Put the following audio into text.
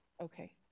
Okay